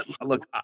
look